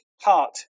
heart